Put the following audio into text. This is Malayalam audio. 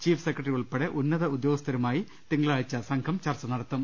ചീഫ് സെക്രട്ടറി ഉൾപ്പെടെയുളള ഉന്നതതല ഉദ്യോഗസ്ഥരുമായി തിങ്കളാഴ്ച സംഘം ചർച്ച നടത്തും